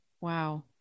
Wow